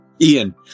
Ian